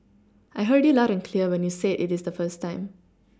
I heard you loud and clear when you said it is the first time